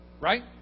right